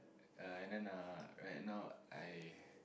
uh and then uh right now I